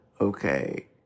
okay